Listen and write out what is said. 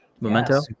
Memento